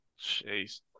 Jeez